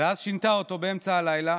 ואז שינתה אותו באמצע הלילה,